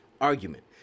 argument